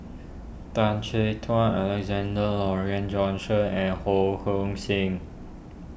Tan Chin Tuan Alexander Laurie and Johnston and Ho Hong Sing